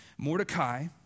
Mordecai